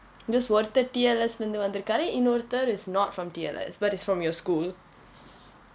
this ஒருத்தன்:oruthan T_L_S லே வந்திருக்காரு இன்னொருத்தரு:illae vanthirukkaaru innorutharu is not from T_L_S but is from your school